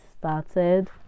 started